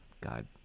God